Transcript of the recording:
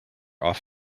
off